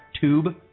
Tube